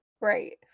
right